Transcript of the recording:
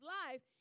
life